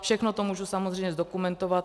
Všechno to můžu samozřejmě zdokumentovat.